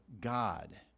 God